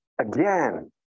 Again